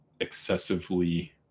excessively